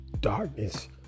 darkness